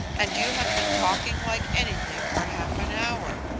and you have been talking like anything for half an hour.